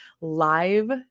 live